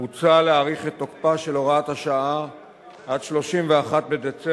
מוצע להאריך את תוקפה של הוראת השעה עד 31 בדצמבר